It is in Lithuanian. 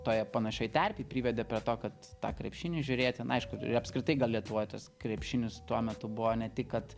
toje panašioj terpėj privedė prie to kad tą krepšinį žiūrėti na aišku apskritai gal lietuvoj tas krepšinis tuo metu buvo ne tik kad